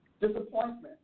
Disappointment